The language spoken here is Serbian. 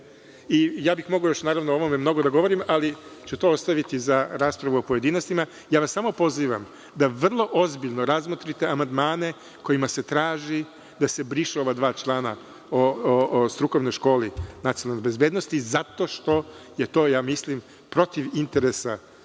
bih o ovome još mnogo da govorim, ali ću to ostaviti za raspravu o pojedinostima. Samo vas pozivam da vrlo ozbiljno razmotrite amandmane kojima se traži da se brišu ova dva člana o strukovnoj školi nacionalne bezbednosti zato što je to mislim, protiv interesa